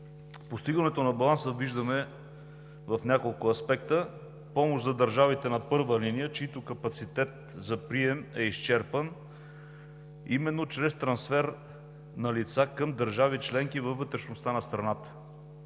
Постигането на баланса виждаме в няколко аспекта: помощ за държавите на първа линия, чийто капацитет за прием е изчерпан именно чрез трансфер на лица към държави членки във вътрешността на страната.